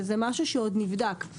זה משהו שעוד נבדק.